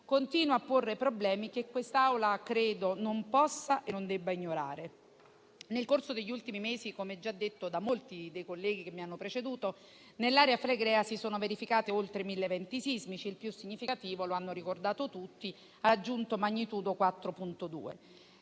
continua a porre problemi che quest'Aula credo non possa e non debba ignorare. Nel corso degli ultimi mesi, come già detto da molti dei colleghi che mi hanno preceduto, nell'area flegrea si sono verificati oltre mille eventi sismici, il più significativo dei quali - lo hanno ricordato tutti - ha raggiunto magnitudo 4.2.